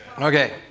Okay